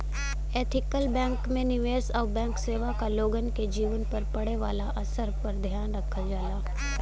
ethical bank में निवेश आउर बैंक सेवा क लोगन के जीवन पर पड़े वाले असर पर ध्यान रखल जाला